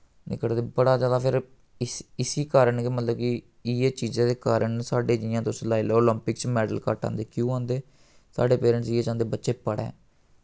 निं करदे बड़ा जैदा फिर इस्सी इस्सी कारण कि मतलब कि इ'यै चीजा दे कारण साढे जि'यां तुस लाई लाओ ओलंपिंक च मैडल घट्ट आंदे क्यों आंदे साढ़े पेरैंट्स इ'यै चांह्दे कि बच्चे पढ़ै